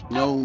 no